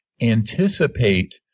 anticipate